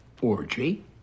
orgy